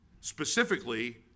specifically